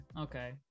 okay